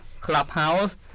clubhouse